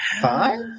Five